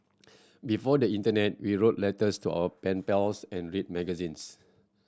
before the internet we wrote letters to our pen pals and read magazines